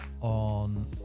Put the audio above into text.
on